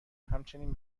همچنین